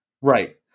Right